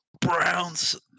browns